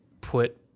put